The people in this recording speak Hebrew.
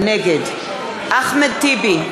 נגד אחמד טיבי,